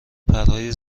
پرهای